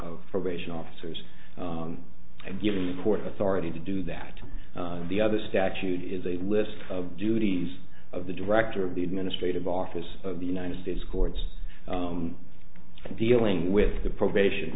of probation officers and giving the port authority to do that the other statute is a list of duties of the director of the administrative office of the united states courts dealing with the probation